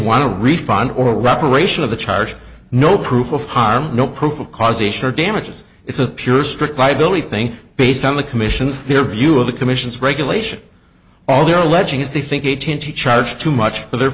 want to refund or wrap aeration of the charge no proof of harm no proof of causation or damages it's a pure strict liability thing based on the commissions their view of the commission's regulation all they are alleging is they think a twenty charge too much for their